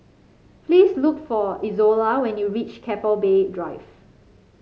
please look for Izola when you reach Keppel Bay Drive